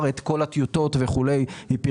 את כל הטיוטות היא כבר פרסמה,